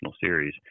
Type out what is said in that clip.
series